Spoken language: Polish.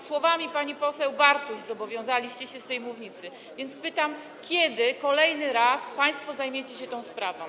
Słowami pani poseł Bartuś zobowiązaliście się z tej mównicy, więc pytam: Kiedy kolejny raz zajmiecie się państwo tą sprawą?